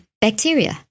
bacteria